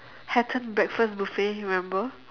Hatten breakfast buffet remember